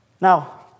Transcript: Now